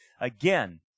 Again